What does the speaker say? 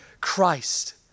Christ